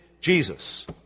Jesus